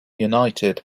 united